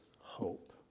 hope